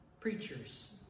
preachers